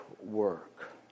work